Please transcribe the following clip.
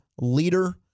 leader